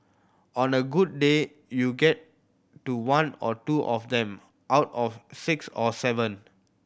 on a good day you get to one or two of them out of six or seven